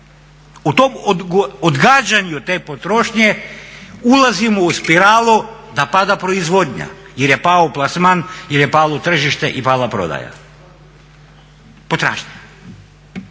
u tom odgađanju te potrošnje ulazimo u spiralu da pada proizvodnja jer je pao plasman, jer je palo tržište i pala prodaja, potražnja.